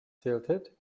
tilted